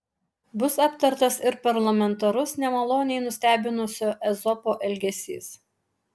bus aptartas ir parlamentarus nemaloniai nustebinusio ezopo elgesys